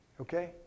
Okay